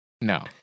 no